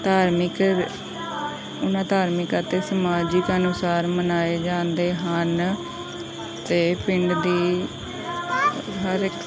ਧਾਰਮਿਕ ਉਹਨਾਂ ਧਾਰਮਿਕ ਅਤੇ ਸਮਾਜਿਕ ਅਨੁਸਾਰ ਮਨਾਏ ਜਾਂਦੇ ਹਨ ਅਤੇ ਪਿੰਡ ਦੀ ਹਰ ਇੱਕ